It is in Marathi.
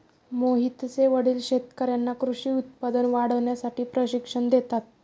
मोहितचे वडील शेतकर्यांना कृषी उत्पादन वाढवण्यासाठी प्रशिक्षण देतात